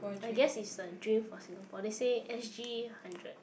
I guess is the dream for Singapore they said s_g hundred